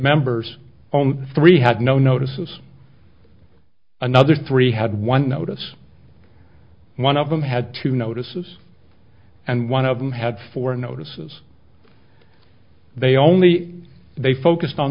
members on three had no notices another three had one notice one of them had to notices and one of them had four notices they only they focused on